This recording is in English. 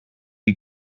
you